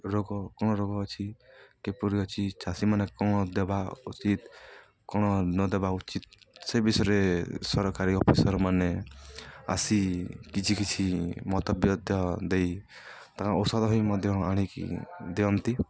ରୋଗ କ'ଣ ରୋଗ ଅଛି କିପରି ଅଛି ଚାଷୀମାନେ କ'ଣ ଦେବା ଉଚିତ କ'ଣ ନ ଦେବା ଉଚିତ ସେ ବିଷୟରେ ସରକାରୀ ଅଫିସର୍ମାନେ ଆସି କିଛି କିଛି ମତବ୍ୟତ ଦେଇ ତାଙ୍କୁ ଔଷଧ ମଧ୍ୟ ଆଣିକି ଦିଅନ୍ତି